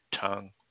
tongue